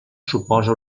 suposa